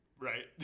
right